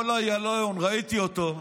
כל איילון, ראיתי אותו,